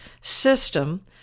system—